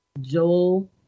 Joel